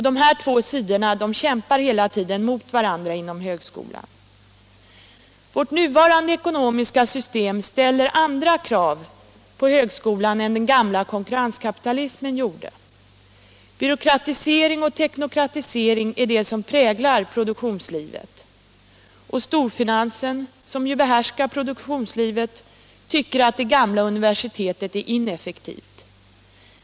De här två sidorna kämpar hela tiden mot varandra inom högskolan. Vårt nuvarande ekonomiska system ställer helt andra krav på högskolan än den gamla konkurrenskapitalismen gjorde. Byråkratisering och teknokratisering är det som präglar produktionslivet. Och storfinansen, som ju behärskar produktionslivet, tycker att det gamla universitetet är ineffektivt.